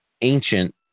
ancient